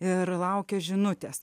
ir laukia žinutės